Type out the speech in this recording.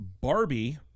Barbie